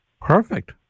Perfect